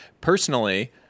Personally